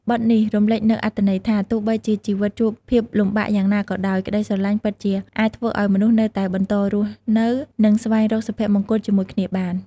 បទនេះរំលេចនូវអត្ថន័យថា ទោះជាជីវិតជួបភាពលំបាកយ៉ាងណាក៏ដោយ ក្តីស្រឡាញ់ពិតអាចធ្វើឲ្យមនុស្សនៅតែបន្តរស់នៅ និងស្វែងរកសុភមង្គលជាមួយគ្នាបាន។